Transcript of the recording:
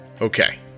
Okay